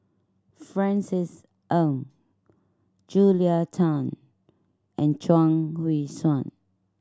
Francis Ng Julia Tan and Chuang Hui Tsuan